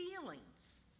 feelings